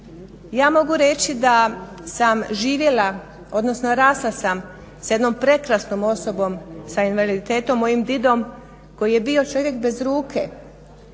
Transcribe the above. Ja mogu reći da sam živjela, odnosno rasla sam sa jednom prekrasnom osobom sa invaliditetom, mojim didom, koji je bio čovjek bez ruke.